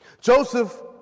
Joseph